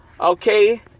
okay